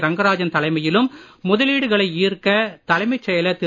ரங்கராஜன் தலைமையிலும் முதலீடுகளை ஈர்க்க தலைமைச் செயலர் திரு